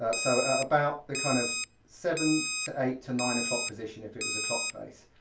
so about the kind of seven to eight to nine o'clock position if it was a clock face.